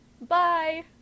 bye